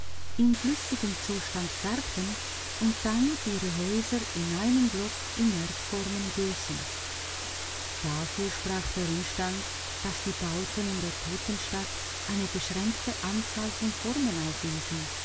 im flüssigen zustand färbten und dann ihre häuser in einem block in erdformen gossen dafür sprach der umstand daß die bauten in der totenstadt eine beschränkte anzahl von formen aufwiesen